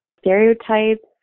stereotypes